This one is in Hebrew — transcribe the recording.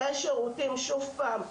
תאי השירותים, שוב פעם,